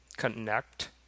connect